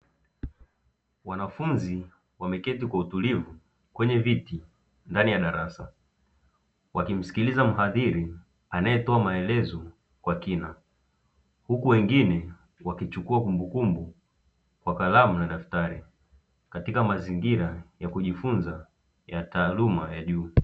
Wanafunzi wameketi kwa utulivu kwenye viti ndani ya darasa wakimsikiliza mhadhiri anaetoa maelezo kwa kina, huku wengine wakichukua kumbukumbu kwa kalamu na daftari katika mazingira ya kujifunza ya taaluma ya juu.